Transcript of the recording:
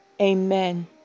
Amen